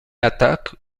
attaque